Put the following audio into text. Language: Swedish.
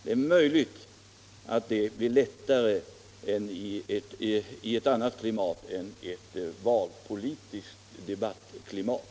Det är möjligt att det blir lättare vid ett annat tillfälle än i ett valpolitiskt debattklimat.